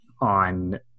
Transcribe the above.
on